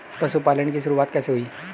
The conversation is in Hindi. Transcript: पशुपालन की शुरुआत कैसे हुई?